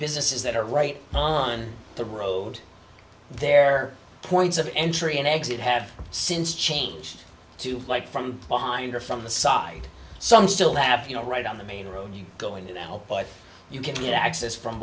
businesses that are right on the road their points of entry and exit have since changed to like from behind or from the side some still have you know right on the main road you're going to now but you can get access from